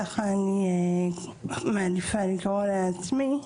ככה אני מעדיפה לקרוא לעצמי,